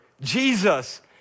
Jesus